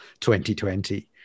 2020